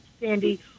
Sandy